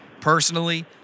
personally